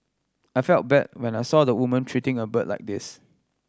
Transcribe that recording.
I felt bad when I saw the woman treating a bird like this